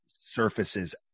surfaces